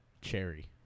Cherry